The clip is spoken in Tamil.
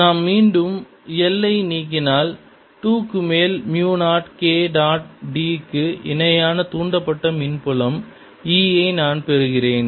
நாம் மீண்டும் I ஐ நீக்கினால் 2 க்கு மேல் மியூ 0 K டாட் d க்கு இணையான தூண்டப்பட்ட மின்புலம் E ஐ நான் பெறுகிறேன்